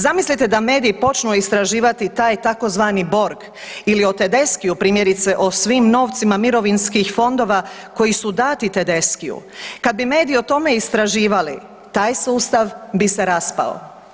Zamislite da mediji počnu istraživati taj tzv. Borg ili o TEdeschiu primjerice o svim novcima mirovinskih fondova koji su dati TEdeschiu, kad bi mediji o tome istraživali, taj sustav bi se raspravo.